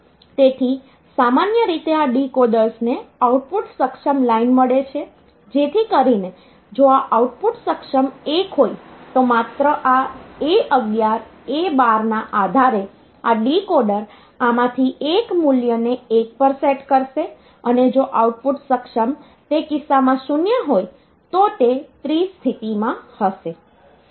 તેથી સામાન્ય રીતે આ ડીકોડર્સને આઉટપુટ સક્ષમ લાઇન મળે છે જેથી કરીને જો આ આઉટપુટ સક્ષમ 1 હોય તો માત્ર આ A11 A 12 ના આધારે આ ડીકોડર આમાંથી એક મૂલ્યને 1 પર સેટ કરશે અને જો આઉટપુટ સક્ષમ તે કિસ્સામાં 0 હોય તો તે ત્રિ સ્થિતિમાં હશે